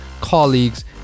colleagues